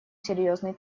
серьёзный